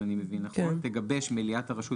אם אני מבין נכון: בסמוך לאחר הדיון תגבש מליאת הרשות